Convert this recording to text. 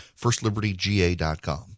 FirstLibertyGA.com